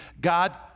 God